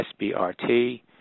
SBRT